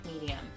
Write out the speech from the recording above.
medium